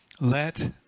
Let